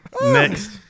Next